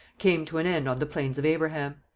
came to an end on the plains of abraham.